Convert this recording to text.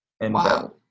Wow